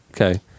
okay